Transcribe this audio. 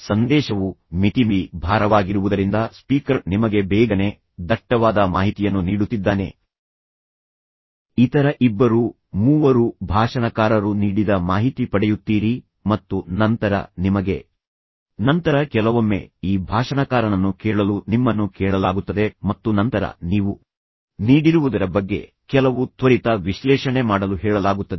ಸಂದೇಶವು ಮಿತಿಮೀರಿ ಭಾರವಾಗಿರುವುದರಿಂದ ಸ್ಪೀಕರ್ ನಿಮಗೆ ಬೇಗನೆ ದಟ್ಟವಾದ ಮಾಹಿತಿಯನ್ನು ನೀಡುತ್ತಿದ್ದಾನೆ ಮತ್ತು ನಂತರ ಕೆಲವೊಮ್ಮೆ ಈ ಭಾಷಣಕಾರನನ್ನು ಕೇಳಲು ನಿಮ್ಮನ್ನು ಕೇಳಲಾಗುತ್ತದೆ ಮತ್ತು ನಂತರ ನೀವು ಇತರ ಇಬ್ಬರು ಮೂವರು ಭಾಷಣಕಾರರು ನೀಡಿದ ಮಾಹಿತಿ ಪಡೆಯುತ್ತೀರಿ ಮತ್ತು ನಂತರ ನಿಮಗೆ ನೀಡಿರುವುದರ ಬಗ್ಗೆ ಕೆಲವು ತ್ವರಿತ ವಿಶ್ಲೇಷಣೆ ಮಾಡಲು ಹೇಳಲಾಗುತ್ತದೆ